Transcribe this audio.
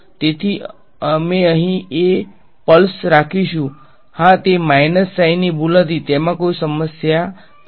તેથી અમે અહીં એ પલ્સ રાખીશું હા તે માઇનસ સાઇનની ભૂલ હતી તેમાં કોઈ સમસ્યા નથી